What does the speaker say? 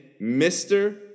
Mr